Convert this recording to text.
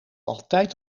altijd